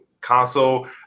console